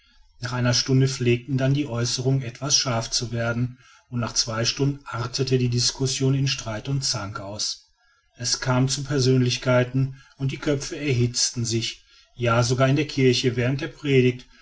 nach einer stunde pflegten dann die aeußerungen etwas scharf zu werden und nach zwei stunden artete die discussion in streit und zank aus es kam zu persönlichkeiten und die köpfe erhitzten sich ja sogar in der kirche während der predigt